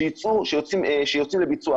שיוצאים לביצוע.